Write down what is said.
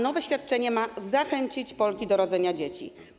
Nowe świadczenie ma zachęcić Polki do rodzenia dzieci.